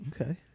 Okay